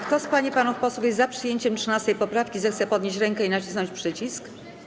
Kto z pań i panów posłów jest za przyjęciem 13. poprawki, zechce podnieść rękę i nacisnąć przycisk.